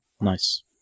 Nice